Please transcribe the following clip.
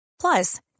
plus